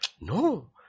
No